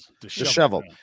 Disheveled